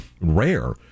rare